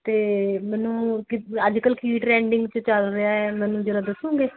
ਅਤੇ ਮੈਨੂੰ ਅੱਜ ਕੱਲ੍ਹ ਕੀ ਟਰੈਂਡਿੰਗ 'ਚ ਚੱਲ ਰਿਹਾ ਹੈ ਮੈਨੂੰ ਜ਼ਰਾ ਦੱਸੋਂਗੇ